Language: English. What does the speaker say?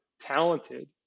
talented